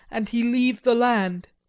and he leave the land.